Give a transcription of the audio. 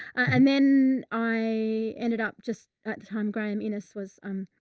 and then i ended up just at the time graeme innes was, um.